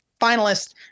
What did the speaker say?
finalist